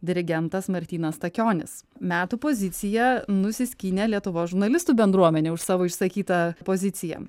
dirigentas martynas stakionis metų poziciją nusiskynė lietuvos žurnalistų bendruomenė už savo išsakytą poziciją